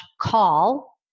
call